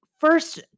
first